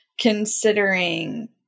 considering